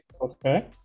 Okay